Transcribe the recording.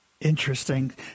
Interesting